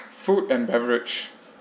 food and beverage